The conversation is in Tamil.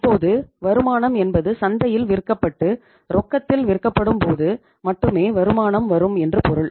இப்போது வருமானம் என்பது சந்தையில் விற்கப்பட்டு ரொக்கத்தில் விற்கப்படும் போது மட்டுமே வருமானம் வரும் என்று பொருள்